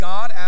God